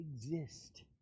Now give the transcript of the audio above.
exist